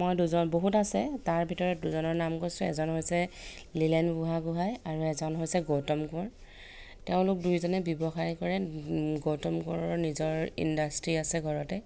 মই দুজন বহুত আছে তাৰ ভিতৰত দুজনৰ নাম কৈছোঁ এজন হৈছে লিলেন বুঢ়াগোহাঁই আৰু এজন হৈছে গৌতম কোঁৱৰ তেওঁলোক দুয়োজনে ব্যৱসায় কৰে গৌতম কোঁৱৰৰ নিজৰ ইণ্ডাষ্ট্ৰী আছে ঘৰতে